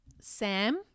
Sam